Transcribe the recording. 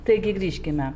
taigi grįžkime